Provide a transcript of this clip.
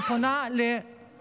אני פונה לרבנים: